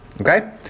Okay